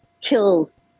kills